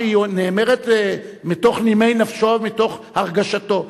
אמירה שנאמרת מתוך נימי נפשו ומתוך הרגשתו.